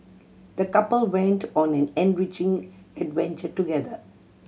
the couple went on an enriching adventure together